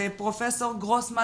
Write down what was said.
יושב-ראש איגוד רופאי בריאות הציבור.